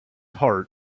heart